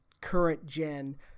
current-gen